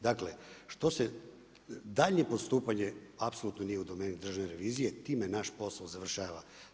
Dakle, što se daljnje postupanje, apsolutno nije u domeni Državne revizije, time naš posao završava.